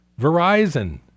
Verizon